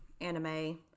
anime